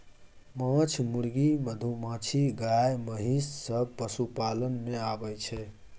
माछ, मुर्गी, मधुमाछी, गाय, महिष सब पशुपालन मे आबय छै